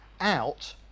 out